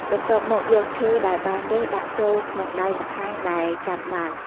បន្ទាប់មក យកឈើដែលបានរើសដាក់ចូលក្នុងដៃម្ខាងដែលកាន់បាល់។